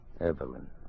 Evelyn